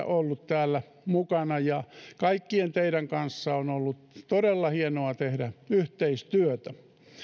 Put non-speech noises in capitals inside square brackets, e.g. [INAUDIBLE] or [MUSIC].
[UNINTELLIGIBLE] ollut täällä mukana kaikkien teidän kanssanne on ollut todella hienoa tehdä yhteistyötä